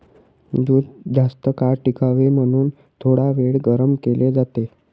दूध जास्तकाळ टिकावे म्हणून थोडावेळ गरम केले जाते